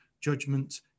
judgment